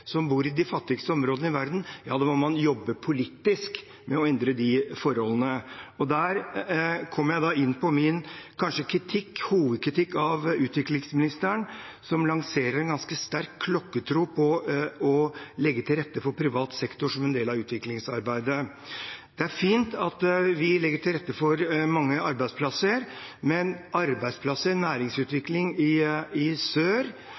som bor i de fattigste områdene i verden, må man jobbe politisk med å endre dem. Der kommer jeg kanskje inn på min hovedkritikk av utviklingsministeren, som lanserer en ganske sterk klokketro på å legge til rette for privat sektor som en del av utviklingsarbeidet. Det er fint at vi legger til rette for mange arbeidsplasser, men arbeidsplasser og næringsutvikling i sør